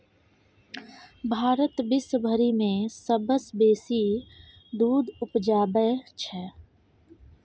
भारत विश्वभरि मे सबसँ बेसी दूध उपजाबै छै